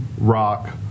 rock